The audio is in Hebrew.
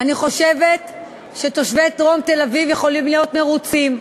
אני חושבת שתושבי דרום תל-אביב יכולים להיות מרוצים.